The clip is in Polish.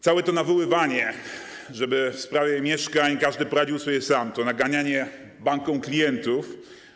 Całe to nawoływanie, żeby w sprawie mieszkań każdy poradził sobie sam, to naganianie bankom klientów.